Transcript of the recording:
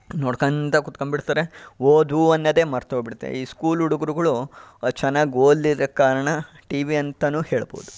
ನೋಡ್ಕೋತ ಕುತ್ಕೋಬಿಡ್ತಾರೆ ಓದು ಅನ್ನೋದೇ ಮರೆತೋಗ್ಬಿಡುತ್ತೆ ಈ ಸ್ಕೂಲ್ ಹುಡುಗರುಗಳು ಚೆನ್ನಾಗಿ ಓದ್ಲಿಲ್ದಕ್ಕೆ ಕಾರಣ ಟಿ ವಿ ಅಂತನೂ ಹೇಳಬಹುದು